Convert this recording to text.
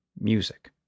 music